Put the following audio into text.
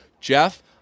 Jeff